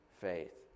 faith